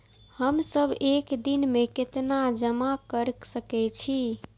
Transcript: हम सब एक दिन में केतना जमा कर सके छी?